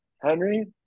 Henry